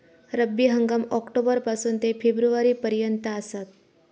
रब्बी हंगाम ऑक्टोबर पासून ते फेब्रुवारी पर्यंत आसात